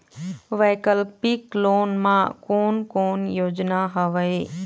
वैकल्पिक लोन मा कोन कोन योजना हवए?